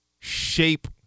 Shape